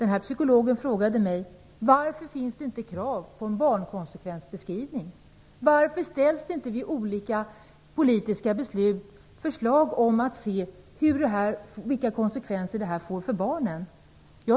Den här psykologen frågade mig: Varför finns det inte krav på en barnkonsekvensbeskrivning? Varför ställs det inte i samband med olika politiska beslut förslag om att man skall se vilka konsekvenserna blir för barnen?